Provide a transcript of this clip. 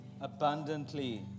abundantly